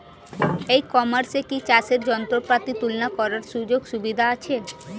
ই কমার্সে কি চাষের যন্ত্রপাতি তুলনা করার সুযোগ সুবিধা আছে?